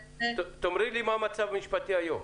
תאמרי לי מה המצב המשפטי היום.